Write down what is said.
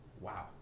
Wow